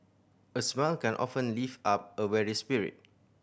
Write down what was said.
a smile can often lift up a weary spirit